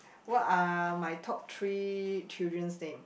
what are my top three children's name